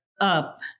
up